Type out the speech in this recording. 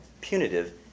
Punitive